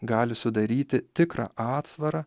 gali sudaryti tikrą atsvarą